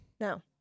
No